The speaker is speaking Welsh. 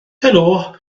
helo